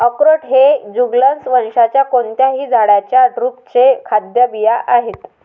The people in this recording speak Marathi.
अक्रोड हे जुगलन्स वंशाच्या कोणत्याही झाडाच्या ड्रुपचे खाद्य बिया आहेत